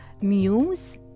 muse